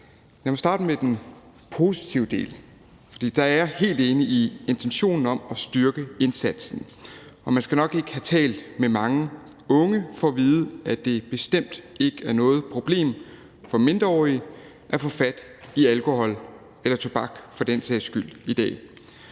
Lad mig starte med den positive del, for jeg er helt enig i intentionen om at styrke indsatsen, og man skal nok ikke have talt med mange unge for at vide, at det bestemt ikke er noget problem for mindreårige at få fat i alkohol – eller tobak for den sags skyld – i dag.